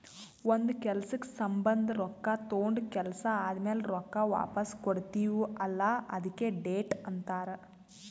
ಒಂದ್ ಕೆಲ್ಸಕ್ ಸಂಭಂದ ರೊಕ್ಕಾ ತೊಂಡ ಕೆಲ್ಸಾ ಆದಮ್ಯಾಲ ರೊಕ್ಕಾ ವಾಪಸ್ ಕೊಡ್ತೀವ್ ಅಲ್ಲಾ ಅದ್ಕೆ ಡೆಟ್ ಅಂತಾರ್